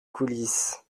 coulisses